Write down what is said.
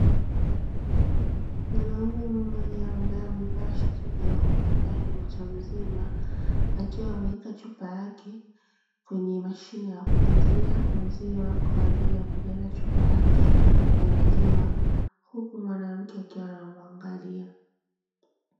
Mwanaume mmoja ambaye amevaa shati jeupe ambaye ni mtu mzima, akiwa ameweka chupa yake kwenye mashine ya kujazia maziwa kwa ajili ya kujaza chupa yake na maziwa, huku mwanamke akiwa anamwangalia.